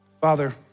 Father